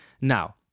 Now